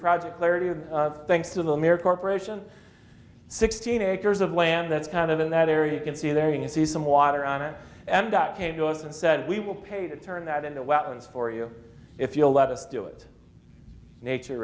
project clarity of thanks to the mir corp sixteen acres of land that kind of in that area you can see there you can see some water on it and that came to us and said we will pay to turn that into wetlands for you if you'll let us do it nature